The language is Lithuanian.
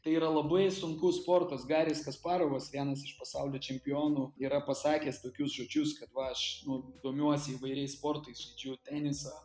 tai yra labai sunkus sportas garis kasparovas vienas iš pasaulio čempionų yra pasakęs tokius žodžius kad va aš nu domiuosi įvairiais sportais žaidžiu tenisą